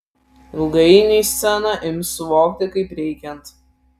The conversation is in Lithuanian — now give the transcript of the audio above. ilgainiui sceną ims suvokti kaip reikiant